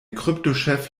kryptochef